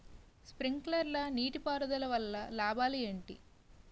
Sprinkler నీటిపారుదల వల్ల లాభాలు ఏంటి?